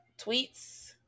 tweets